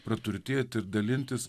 praturtėti dalintis